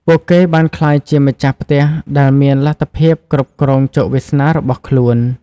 ពួកគេបានក្លាយជាម្ចាស់ផ្ទះដែលមានលទ្ធភាពគ្រប់គ្រងជោគវាសនារបស់ខ្លួន។